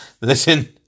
Listen